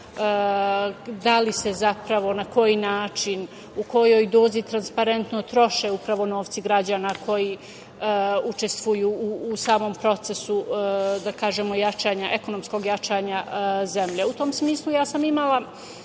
da li se zapravo, na koji način, u kojoj dozi transparentno troše upravo novci građana koji učestvuju u samom procesu jačanja ekonomskog zemlje.U tom smislu ja sam imala